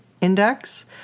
Index